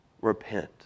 repent